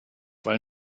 weil